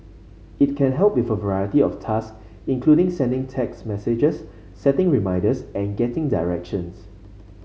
it can help with a variety of task including sending text messages setting reminders and getting directions